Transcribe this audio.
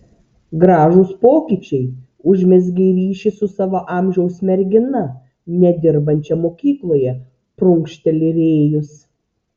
gražūs pokyčiai užmezgei ryšį su savo amžiaus mergina nedirbančia mokykloje prunkšteli rėjus